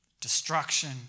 destruction